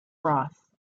ross